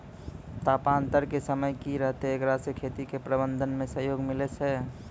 तापान्तर के समय की रहतै एकरा से खेती के प्रबंधन मे सहयोग मिलैय छैय?